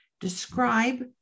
describe